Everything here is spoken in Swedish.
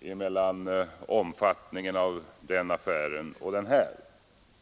det gäller omfattningen av den affären verkligen inte ser någon parallell med den här.